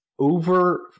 over